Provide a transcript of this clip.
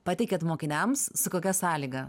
pateikiat mokiniams su kokia sąlyga